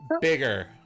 bigger